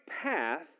path